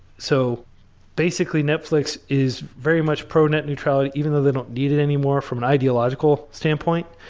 so basically, netflix is very much pro-net neutrality even though they don't need it anymore from an ideological standpoint,